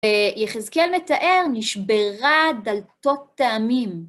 יחזקאל מתאר, נשברה דלתות העמים.